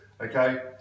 okay